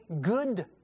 good